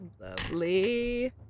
Lovely